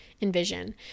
envision